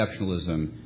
Exceptionalism